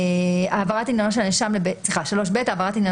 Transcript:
השלב בהליך הפלילי הגוף מוסר המידע